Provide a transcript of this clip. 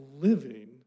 living